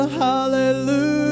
hallelujah